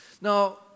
Now